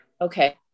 okay